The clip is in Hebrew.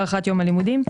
הארכת יום הלימודים,